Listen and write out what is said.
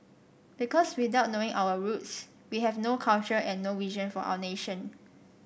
because without knowing our roots we have no culture and no vision for our nation